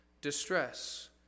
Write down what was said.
distress